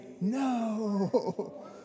No